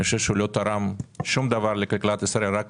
הוא לא תרם שום דבר לכלכלת ישראל, רק